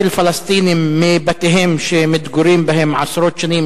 פלסטינים מבתיהם שהם מתגוררים בהם עשרות שנים,